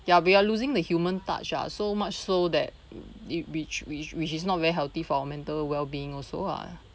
ya we are losing the human touch ah so much so that it which which which is not very healthy for our mental wellbeing also ah